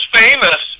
famous